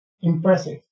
Impressive